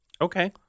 Okay